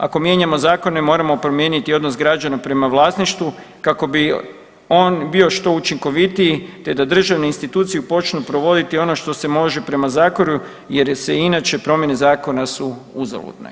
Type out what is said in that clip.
Ako mijenjamo zakone moramo promijeniti i odnos građana prema vlasništvu kako bi on bio što učinkovitiji te da državne institucije počnu provoditi ono što se može prema zakonu jer se inače promjene zakona su uzaludne.